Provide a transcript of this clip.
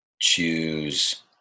choose